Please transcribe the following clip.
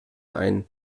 ein